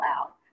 out